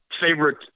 Favorite